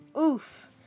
Oof